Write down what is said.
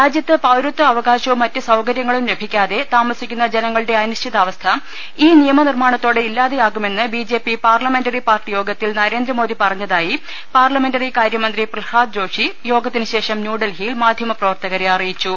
രാജ്യത്ത് പൌരത്വ അവകാശവും മറ്റ് സൌകര്യങ്ങളും ലഭിക്കാതെ താമസിക്കുന്ന ജനങ്ങളുടെ അനി ശ്ചിതാവസ്ഥ ഈ നിയമനിർമാണത്തോടെ ഇല്ലാതെയാകുമെന്ന് B J P parliamentary party യോഗത്തിൽ നരേന്ദ്രമോദി പറ ഞ്ഞതായി പാർലമെന്ററി കാര്യ മന്ത്രി പ്രഹ്ലാദ് ജോഷി യോഗ ത്തിനു ശേഷം ന്യൂഡൽഹിയിൽ മാധ്യമപ്രവർത്തകരെ അറിയി ച്ചു